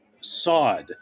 sod